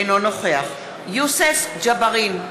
אינו נוכח יוסף ג'בארין,